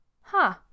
Huh